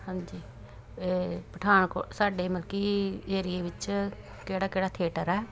ਹਾਂਜੀ ਇਹ ਪਠਾਨਕੋਟ ਸਾਡੇ ਮਲ ਕਿ ਏਰੀਏ ਵਿੱਚ ਕਿਹੜਾ ਕਿਹੜਾ ਥੀਏਟਰ ਹੈ